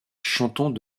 chantant